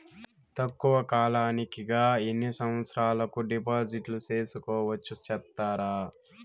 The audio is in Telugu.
తక్కువ కాలానికి గా ఎన్ని సంవత్సరాల కు డిపాజిట్లు సేసుకోవచ్చు సెప్తారా